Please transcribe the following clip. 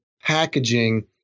packaging